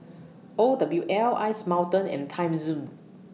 O W L Ice Mountain and Timezone